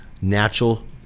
natural